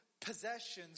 possessions